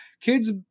kids